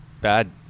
bad